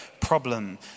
problem